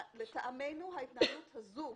לטעמנו ההתנהלות הזו,